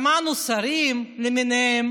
שמענו שרים למיניהם